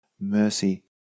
mercy